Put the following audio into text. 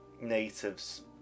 natives